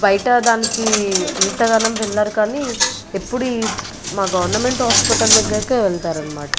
బయట దానికి అంతగాని వెళ్ళరు కానీ ఎప్పుడూ ఈ మా గవర్నమెంట్ హాస్పిటల్ దగ్గరికి వెళతారు అన్నమాట